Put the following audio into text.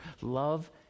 Love